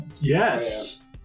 Yes